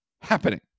happening